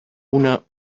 una